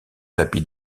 tapis